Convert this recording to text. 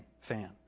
fan